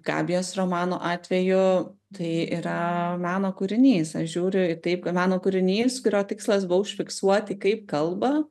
gabijos romano atveju tai yra meno kūrinys aš žiūriu į taip kad meno kūrinys kurio tikslas buvo užfiksuoti kaip kalba